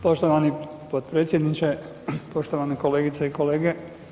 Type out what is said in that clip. Poštovani potpredsjedniče, poštovani kolegice i kolege.